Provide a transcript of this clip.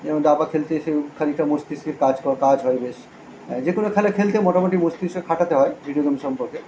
যেমন দাবা খেলতে এসে খানিকটা মস্তিষ্কের কাজ ক কাজ হয় বেশ যে কোনো খেলা খেলতে মোটামোটি মস্তিষ্ক খাটাতে হয় ভিডিও গেম সম্পর্কে